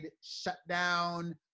shutdown